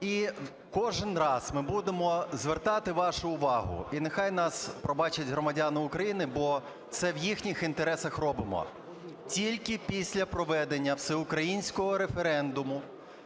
І кожен раз ми будемо звертати вашу увагу, і нехай нас пробачать громадяни України, бо це в їхніх інтересах робимо. Тільки після проведення всеукраїнського референдуму,